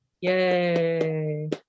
Yay